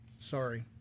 Sorry